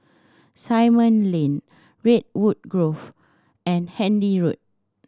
Simon Lane Redwood Grove and Handy Road